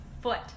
foot